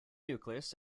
nucleus